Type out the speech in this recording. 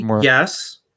Yes